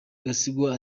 gasigwa